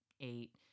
eight